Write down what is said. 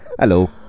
Hello